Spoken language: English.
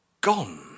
gone